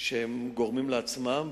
שהם גורמים לעצמם,